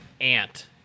ant